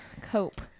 Cope